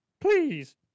Please